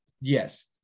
Yes